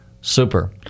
Super